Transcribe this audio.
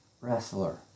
wrestler